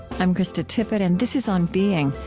i'm krista tippett, and this is on being.